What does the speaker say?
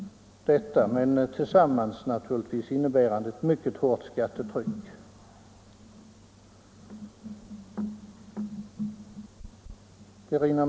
Detta innebär naturligtvis tillsammans ett mycket hårt skattetryck.